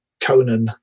Conan